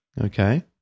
Okay